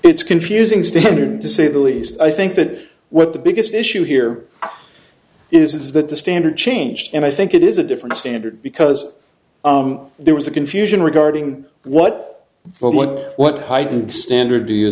it's confusing standard to say the least i think that what the biggest issue here is that the standard changed and i think it is a different standard because there was a confusion regarding what the what what heightened standard do you